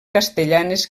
castellanes